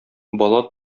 бала